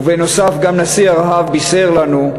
ונוסף על כך גם נשיא ארצות-הברית בישר לנו,